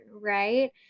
right